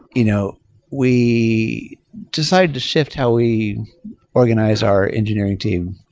you know we decided to shift how we organize our engineering team.